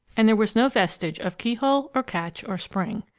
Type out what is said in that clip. and there was no vestige of keyhole or catch or spring.